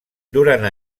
durant